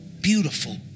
Beautiful